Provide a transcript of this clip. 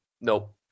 Nope